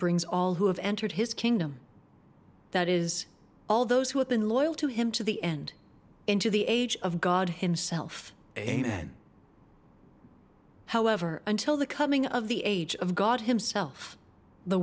brings all who have entered his kingdom that is all those who have been loyal to him to the end into the age of god himself a man however until the coming of the age of god himself the